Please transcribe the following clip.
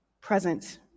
present